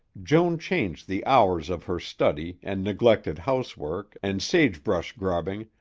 joan changed the hours of her study and neglected housework and sagebrush-grubbing,